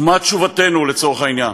ומה תשובותינו לצורך העניין?